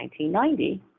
1990